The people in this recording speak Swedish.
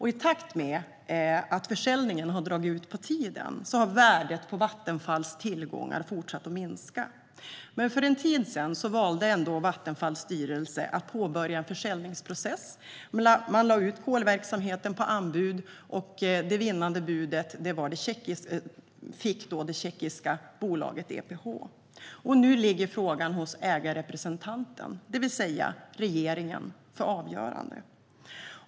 I takt med att försäljningen har dragit ut på tiden har värdet på Vattenfalls tillgångar fortsatt att minska, men för en tid sedan valde ändå Vattenfalls styrelse att påbörja en försäljningsprocess. Man lade ut kolverksamheten på anbud, och det vinnande budet kom från det tjeckiska bolaget EPH. Nu ligger frågan hos ägarrepresentanten, det vill säga regeringen, för avgörande.